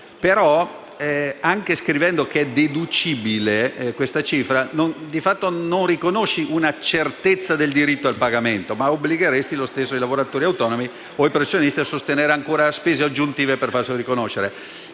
Però anche scrivendo che questa cifra è deducibile, di fatto non si riconosce una certezza del diritto al pagamento, ma si obbligano lo stesso i lavoratori autonomi o i professionisti a sostenere ancora spese aggiuntive per farselo riconoscere.